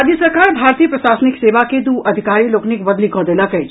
राज्य सरकार भारतीय प्रशासनिक सेवा के दू अधिकारी लोकनिक बदली कऽ देलक अछि